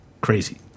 crazy